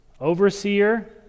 overseer